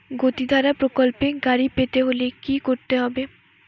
গতিধারা প্রকল্পে গাড়ি পেতে হলে কি করতে হবে?